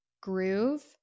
Groove